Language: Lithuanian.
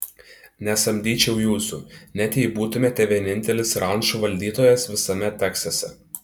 nesamdyčiau jūsų net jei būtumėte vienintelis rančų valdytojas visame teksase